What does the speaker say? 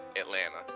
Atlanta